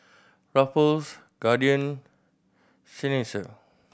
Ruffles Guardian Seinheiser